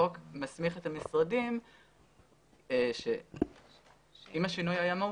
החוק מסמיך את המשרדים שאם השינוי היה מהותי,